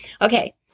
Okay